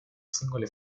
singole